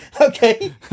Okay